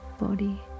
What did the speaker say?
body